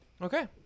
Okay